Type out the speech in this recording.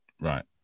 right